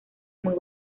muy